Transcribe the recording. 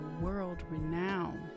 world-renowned